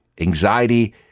anxiety